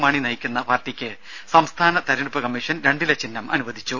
മാണി നയിക്കുന്ന പാർട്ടിക്ക് സംസ്ഥാന തെരഞ്ഞെടുപ്പ് കമ്മീഷൻ രണ്ടില ചിഹ്നം അനുവദിച്ചു